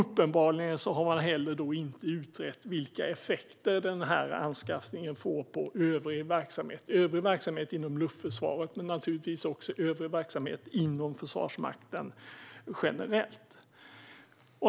Uppenbarligen har man då heller inte utrett vilka effekter den här anskaffningen får på övrig verksamhet inom luftförsvaret men naturligtvis också övrig verksamhet inom Försvarsmakten generellt.